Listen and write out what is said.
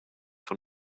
von